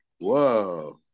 Whoa